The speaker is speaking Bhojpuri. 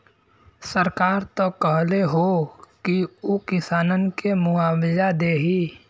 सरकार त कहले हौ की उ किसानन के मुआवजा देही